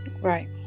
Right